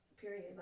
period